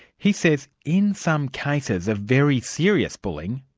he says in some cases of very serious bullying,